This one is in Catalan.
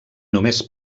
només